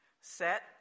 set